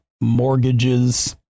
mortgages